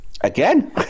again